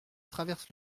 traverse